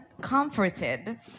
comforted